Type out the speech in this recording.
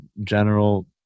general